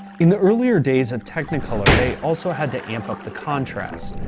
in the earlier days of technicolor, they also had to amp up the contrast.